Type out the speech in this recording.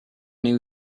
new